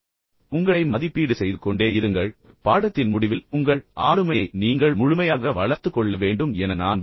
எனவே உங்களை மதிப்பீடு செய்து கொண்டே இருங்கள் பின்னர் பாடத்தின் முடிவில் உங்கள் ஆளுமையை நீங்கள் முழுமையாக வளர்த்துக் கொள்ள வேண்டும் என என நான் விரும்புகிறேன்